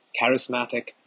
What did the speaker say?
charismatic